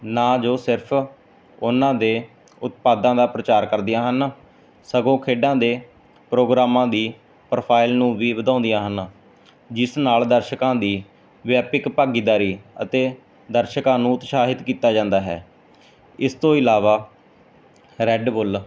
ਨਾ ਜੋ ਸਿਰਫ ਉਹਨਾਂ ਦੇ ਉਤਪਾਦਾਂ ਦਾ ਪ੍ਰਚਾਰ ਕਰਦੀਆਂ ਹਨ ਸਗੋਂ ਖੇਡਾਂ ਦੇ ਪ੍ਰੋਗਰਾਮਾਂ ਦੀ ਪ੍ਰੋਫਾਈਲ ਨੂੰ ਵੀ ਵਧਾਉਂਦੀਆਂ ਹਨ ਜਿਸ ਨਾਲ ਦਰਸ਼ਕਾਂ ਦੀ ਵਿਆਪਕ ਭਾਗੀਦਾਰੀ ਅਤੇ ਦਰਸ਼ਕਾ ਨੂੰ ਉਤਸਾਹਿਤ ਕੀਤਾ ਜਾਂਦਾ ਹੈ ਇਸ ਤੋਂ ਇਲਾਵਾ ਰੈਡ ਬੁਲ